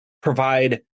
provide